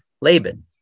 Laban